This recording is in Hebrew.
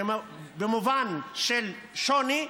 במובן של שוני,